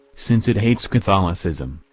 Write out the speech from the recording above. since it hates catholicism,